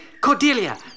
Cordelia